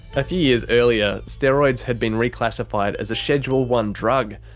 a few years earlier, steroids had been reclassified as a schedule one drug,